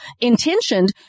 intentioned